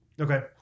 Okay